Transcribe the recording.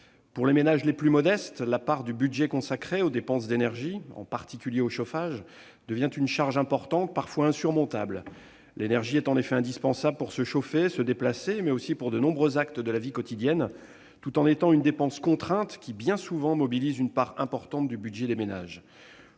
Pour les ménages les plus modestes, la part du budget consacrée aux dépenses d'énergie, en particulier au chauffage, devient une charge importante, parfois insurmontable. L'énergie est en effet indispensable pour se chauffer et pour se déplacer, mais aussi pour de nombreux actes de la vie quotidienne, tout en étant une dépense contrainte qui, bien souvent, mobilise une part importante du budget des ménages.